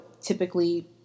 typically